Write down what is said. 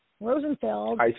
Rosenfeld